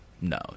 no